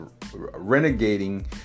renegating